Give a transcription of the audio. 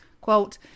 Quote